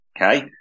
Okay